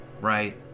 right